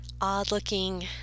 odd-looking